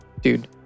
dude